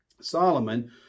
Solomon